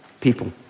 people